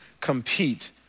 compete